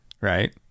right